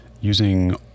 using